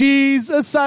Jesus